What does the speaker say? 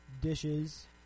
Dishes